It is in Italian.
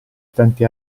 tanti